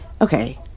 Okay